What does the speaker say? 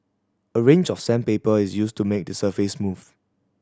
a range of sandpaper is used to make the surface smooth